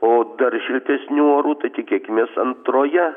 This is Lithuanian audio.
o dar šiltesnių orų tai tikėkimės antroje